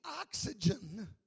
oxygen